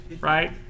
right